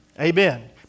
Amen